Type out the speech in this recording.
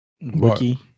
Wiki